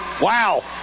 Wow